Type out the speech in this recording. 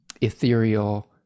ethereal